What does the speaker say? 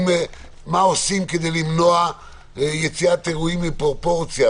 מה עושים כדי למנוע יציאת אירועים מפרופורציה.